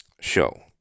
show